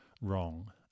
wrong